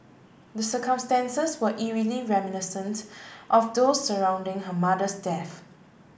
the circumstances were eerily reminiscent of those surrounding her mother's death